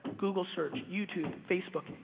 google search, youtube, facebook,